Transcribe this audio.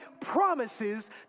promises